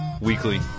weekly